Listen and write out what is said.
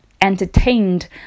entertained